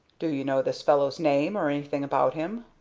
do you know this fellow's name, or anything about him?